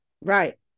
Right